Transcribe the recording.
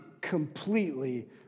completely